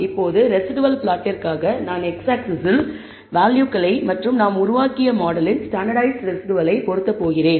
இப்போது ரெஸிடுவல் ப்ளாட்டிற்காக நான் x ஆக்ஸிஸ்ஸில் வேல்யூவாக நாம் உருவாக்கிய மாடலின் ஸ்டாண்டர்ட்டைஸ்ட் ரெஸிடுவலை பொருத்த போகிறேன்